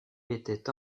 était